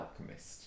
alchemist